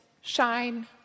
shine